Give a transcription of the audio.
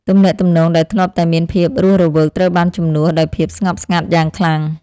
ទំនាក់ទំនងដែលធ្លាប់តែមានភាពរស់រវើកត្រូវបានជំនួសដោយភាពស្ងប់ស្ងាត់យ៉ាងខ្លាំង។